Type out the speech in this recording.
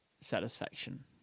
satisfaction